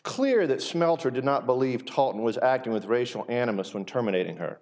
clear that smelter did not believe tall and was acting with racial animus when terminating her